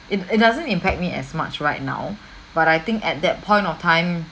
it it doesn't impact me as much right now but I think at that point of time